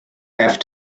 have